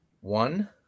one